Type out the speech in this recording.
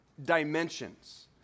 dimensions